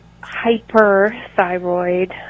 hyperthyroid